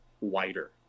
wider